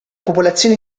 popolazione